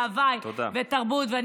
הווי ותרבות.